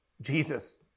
Jesus